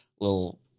little